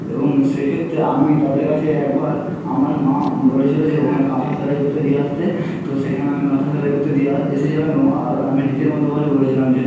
এবং সেক্ষেত্রে আমি তাদের কাছে একবার আমার মা বলেছিলো যে ওখানে কাঁথা সেলাই করতে দিয়ে আসতে তো সেখানে আমি কাঁথা সেলাই করতে দিয়ে এসেছিলাম এবং আরো আমি নিজের মতো করে বলেছিলাম যে